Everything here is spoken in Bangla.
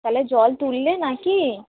তাহলে জল তুললে নাকি